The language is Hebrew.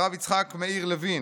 הרב יצחק מאיר לוין,